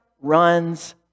runs